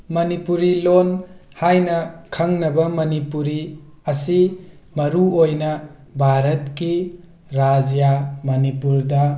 ꯃꯅꯤꯄꯨꯔꯤ ꯂꯣꯟ ꯍꯥꯏꯅ ꯈꯪꯅꯕ ꯃꯅꯤꯄꯨꯔꯤ ꯑꯁꯤ ꯃꯔꯨ ꯑꯣꯏꯅ ꯚꯥꯔꯠꯀꯤ ꯔꯥꯖ꯭ꯌꯥ ꯃꯅꯤꯄꯨꯔꯗ